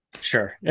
sure